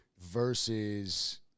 versus